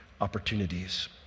opportunities